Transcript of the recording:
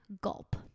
gulp